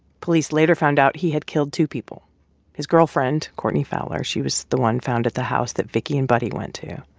police later found out he had killed two people his girlfriend, courtney fowler she was the one found at the house that vicky and buddy went to